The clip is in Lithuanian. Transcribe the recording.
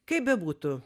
kaip bebūtų